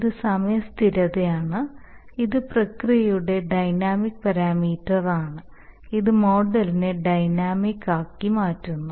ഇത് സമയ സ്ഥിരതയാണ് ഇത് പ്രക്രിയയുടെ ഡൈനാമിക് പാരാമീറ്ററാണ് ഇത് മോഡലിനെ ഡൈനാമിക് ആകുന്നു